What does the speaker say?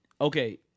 Okay